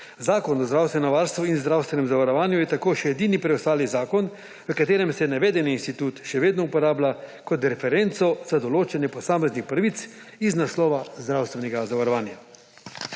Zakon o zdravstvenem varstvu in zdravstvenem zavarovanju je tako še edini preostali zakon, v katerem se navedeni institut še vedno uporablja kot referenco za določanje posameznih pravic iz naslova zdravstvenega zavarovanja.